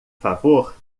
favor